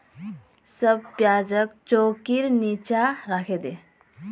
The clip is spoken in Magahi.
सब प्याजक चौंकीर नीचा राखे दे